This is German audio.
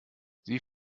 sie